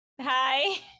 hi